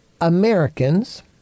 Americans